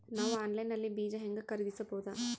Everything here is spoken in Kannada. ನಾವು ಆನ್ಲೈನ್ ನಲ್ಲಿ ಬೀಜ ಹೆಂಗ ಖರೀದಿಸಬೋದ?